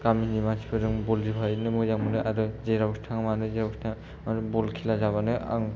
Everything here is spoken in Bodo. गामिनि मानसिफोरजों बल जोफाहैनो मोजां मोनो आरो जेरावखि थाङा मानो जेरावखि थाङा माने बल खेला जाबानो आं